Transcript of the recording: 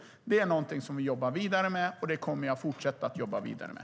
Det är någonting som vi jobbar vidare med, och det kommer vi att fortsätta att jobba vidare med.